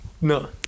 no